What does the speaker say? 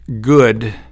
good